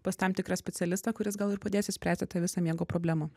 pas tam tikrą specialistą kuris gal ir padės išspręsti tą visą miego problemą